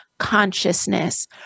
consciousness